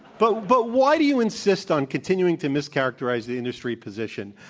but but why do you insist on continuing to mischaracterize the industry position?